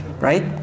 right